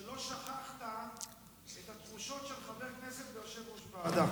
שלא שכחת את התחושות של חבר כנסת ושל יושב-ראש ועדה.